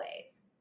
ways